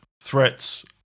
threats